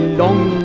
long